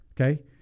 okay